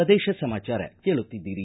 ಪ್ರದೇಶ ಸಮಾಚಾರ ಕೇಳುತ್ತಿದ್ದೀರಿ